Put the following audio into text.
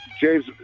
James